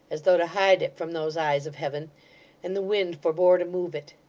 as though to hide it from those eyes of heaven and the wind forbore to move it.